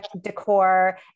decor